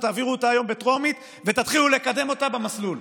ותעבירו אותה היום בטרומית ותתחילו לקדם אותה במסלול.